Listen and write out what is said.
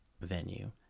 venue